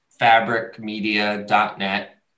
fabricmedia.net